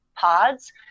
pods